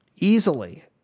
easily